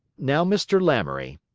now, mr. lamoury,